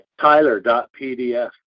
Tyler.pdf